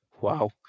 wow